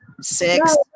six